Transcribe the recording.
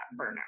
burnout